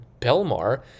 Belmar